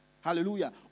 Hallelujah